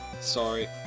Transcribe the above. Sorry